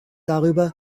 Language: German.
darüber